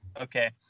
Okay